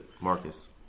Marcus